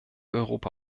europa